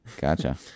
Gotcha